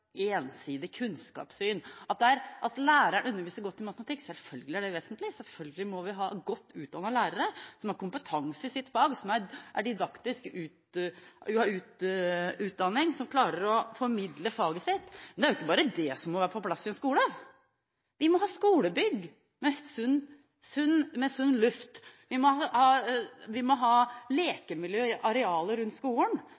ensidig kunnskapssyn. At læreren underviser godt i matematikk – selvfølgelig er det vesentlig. Selvfølgelig må vi ha godt utdannete lærere som har kompetanse i sitt fag, som har didaktisk utdanning, som klarer å formidle faget sitt. Men det er jo ikke bare det som må være på plass i en skole. Vi må ha skolebygg med sunn luft, vi må ha lekemiljø og arealer rundt skolen, sånn at barn kan utfolde seg på andre måter, vi må ha